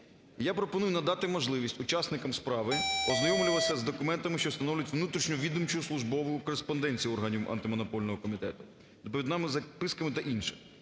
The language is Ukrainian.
Я пропоную надати можливість учасникам справи ознайомлюватися з документами, що становлять внутрішню відомчу службову кореспонденцію органів Антимонопольного комітету, доповідними записками та іншим,